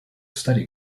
study